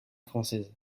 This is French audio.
française